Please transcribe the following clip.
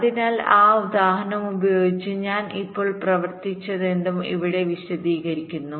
അതിനാൽ ആ ഉദാഹരണം ഉപയോഗിച്ച് ഞാൻ ഇപ്പോൾ പ്രവർത്തിച്ചതെന്തും ഇവിടെ വിശദീകരിച്ചിരിക്കുന്നു